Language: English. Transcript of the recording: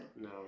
No